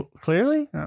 Clearly